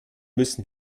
müssen